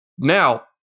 Now